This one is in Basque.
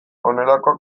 honelakoak